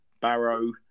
Barrow